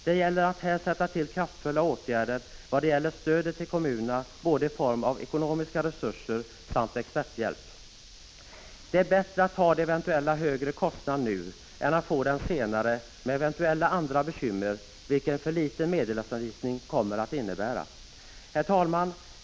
Det gäller att här sätta till kraftfulla åtgärder vad gäller stödet till kommunerna både i form av ekonomiska resurser och i form av experthjälp. 17 Prot. 1985/86:50 Det är bättre att ta de eventuellt högre kostnaderna nu än att få dem senare 12 december 1985 med eventuella andra bekymmer, vilket en för liten medelsanvisning Tä fe ST kommer att innebära: Herr talman!